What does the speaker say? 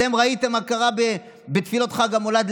אתם ראיתם מה קרה בתפילות חג המולד,